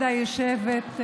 התשפ"ב 2021,